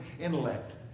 intellect